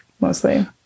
mostly